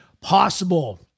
possible